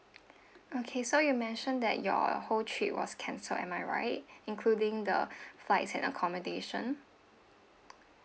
okay so you mentioned that your whole trip was cancelled am I right including the flights and accommodation